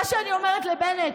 מה שאני אומרת לבנט